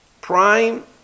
Prime